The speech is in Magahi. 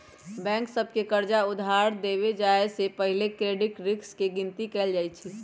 बैंक सभ के कर्जा उधार देबे जाय से पहिले क्रेडिट रिस्क के गिनति कएल जाइ छइ